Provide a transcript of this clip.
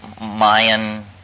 Mayan